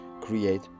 create